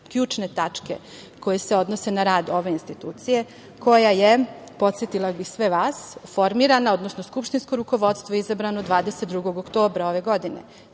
ključne tačke koje se odnose na rad ove institucije koja je, podsetila bih sve vas, formirana, odnosno skupštinsko rukovodstvo izabrano 22. oktobra ove godine.